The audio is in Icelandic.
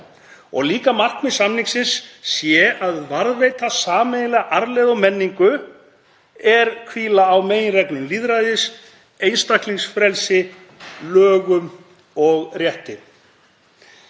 og að markmið samningsins sé að varðveita „sameiginlega arfleifð og menningu, er hvíla á meginreglum lýðræðis, einstaklingsfrelsi og lögum og rétti“.